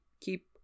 keep